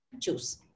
choose